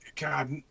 God